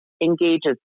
engages